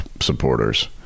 supporters